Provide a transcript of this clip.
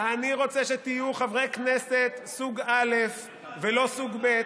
אני רוצה שתהיו חברי כנסת סוג א', ולא סוג ב'.